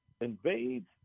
invades